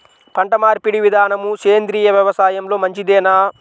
పంటమార్పిడి విధానము సేంద్రియ వ్యవసాయంలో మంచిదేనా?